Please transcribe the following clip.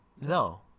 No